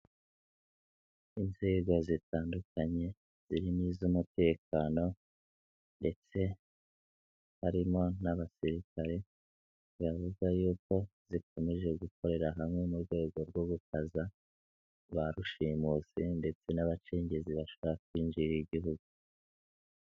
Inzego zitandukanye zirimo iz'umutekano ndetse harimo n'abasirikare, baravuga y'uko zikomeje gukorera hamwe, mu rwego rwo gukaza ba rushimusi ndetse n'abacengezi bashaka kwinjirira igihugu.